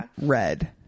red